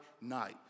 night